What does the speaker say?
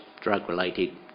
drug-related